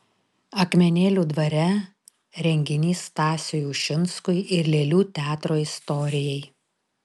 akmenėlių dvare renginys stasiui ušinskui ir lėlių teatro istorijai